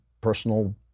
personal